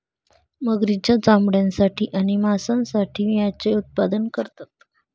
मगरींच्या चामड्यासाठी आणि मांसासाठी याचे उत्पादन करतात